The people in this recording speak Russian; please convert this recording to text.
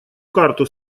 карту